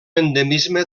endemisme